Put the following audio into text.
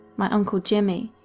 my uncle jimmy,